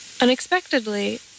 Unexpectedly